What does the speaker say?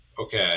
okay